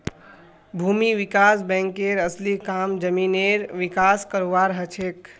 भूमि विकास बैंकेर असली काम जमीनेर विकास करवार हछेक